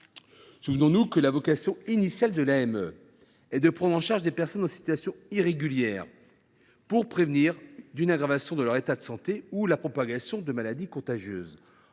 Souvenons nous que la vocation initiale de l’AME est de prendre en charge des personnes en situation irrégulière, pour prévenir une aggravation de leur état de santé ou la propagation de maladies contagieuses,